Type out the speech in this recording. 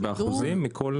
זה באחוזים מכל